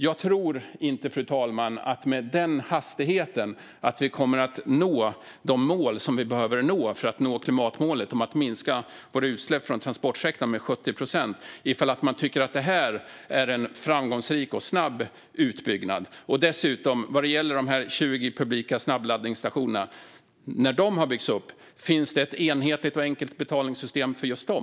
Jag tror inte att vi med den hastigheten kommer att nå de mål vi behöver nå för att uppnå klimatmålet om att minska utsläppen från transportsektorn med 70 procent. Tycker man alltså att detta är en framgångsrik och snabb utbyggnad? Och när dessa 20 publika snabbladdningsstationer har byggts upp, finns det då ett enhetligt och enkelt betalningssystem för dem?